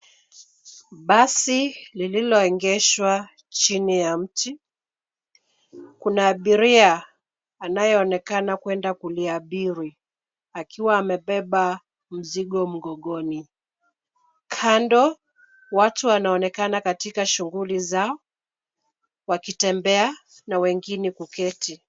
Basi lililoegeshwa chini ya mji. Kuna abiria anayeonekana kwenda kuliabiri akkwa amebeba mzigo mgongoni. Kando watu wanaonekana katika shughuli zao wakitembea na wengine kuketi.